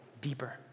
deeper